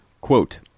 Quote